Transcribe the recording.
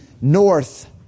north